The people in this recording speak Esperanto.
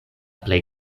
plej